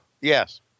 Yes